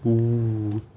oo